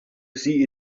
see